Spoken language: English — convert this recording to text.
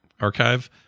archive